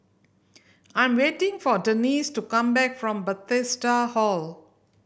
I'm waiting for Denisse to come back from Bethesda Hall